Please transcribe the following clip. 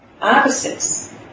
opposites